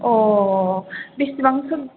बेसेबांथो